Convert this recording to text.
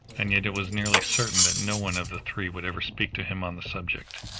and yet it was nearly certain that no one of the three would ever speak to him on the subject.